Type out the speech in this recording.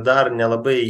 dar nelabai